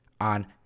On